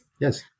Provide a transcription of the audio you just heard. Yes